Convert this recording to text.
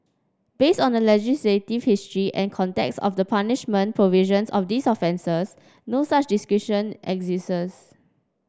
based on the legislative history and context of the punishment provisions of these offences no such discretion exists